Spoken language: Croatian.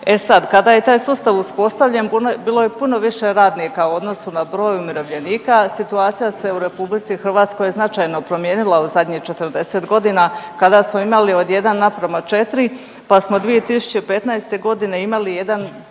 E sad, kada je taj sustav uspostavljen bilo je puno više radnika u odnosu na broj umirovljenika, situacija se u RH značajno promijenila u zadnjih 40 godina kada smo imali od 1:4 pa smo 2015.g. imali 1,15